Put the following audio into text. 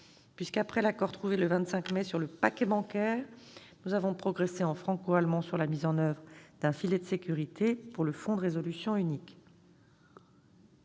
puisque, après l'accord trouvé le 25 mai sur le « paquet bancaire », nous avons progressé en franco-allemand sur la mise en oeuvre d'un filet de sécurité- un -pour le Fonds de résolution unique.